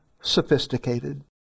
sophisticated